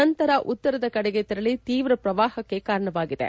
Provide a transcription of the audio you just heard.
ನಂತರ ಉತ್ತರದ ಕಡೆಗೆ ತೆರಳಿ ತೀವ್ರ ಪ್ರವಾಪಕ್ಕೆ ಕಾರಣವಾಗಿದೆ